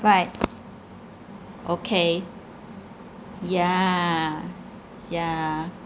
right okay yeah yeah